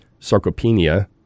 Sarcopenia